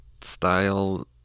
style